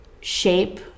shape